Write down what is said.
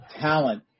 talent